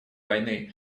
войны